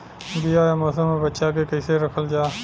बीया ए मौसम में बचा के कइसे रखल जा?